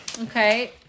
Okay